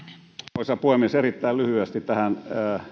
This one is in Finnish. arvoisa puhemies erittäin lyhyesti tähän